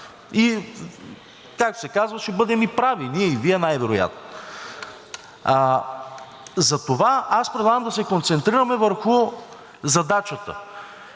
И както се казва, ще бъдем и прави – и Вие, и ние вероятно. Затова предлагам да се концентрираме върху задачата.